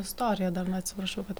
istoriją dar na atsiprašau kad